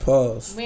Pause